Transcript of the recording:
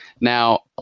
Now